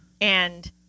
And-